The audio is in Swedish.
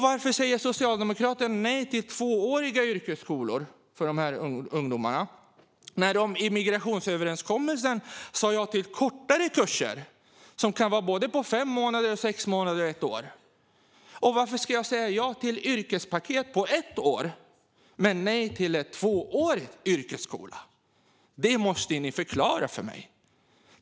Varför säger Socialdemokraterna nej till tvååriga yrkesskolor för dessa ungdomar när man i migrationsöverenskommelsen sa ja till kortare kurser, som kan vara på såväl fem och sex månader som ett år? Varför ska jag säga ja till yrkespaket på ett år men nej till tvåårig yrkesskola? Det måste ni förklara för mig.